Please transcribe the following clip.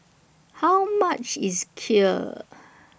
How much IS Kheer